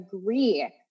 agree